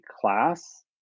class